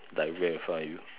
diagram in front of you